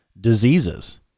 diseases